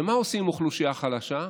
ומה עושים עם אוכלוסייה חלשה?